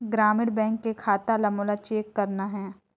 ग्रामीण बैंक के खाता ला मोला चेक करना हे?